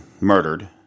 murdered